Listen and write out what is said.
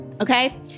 Okay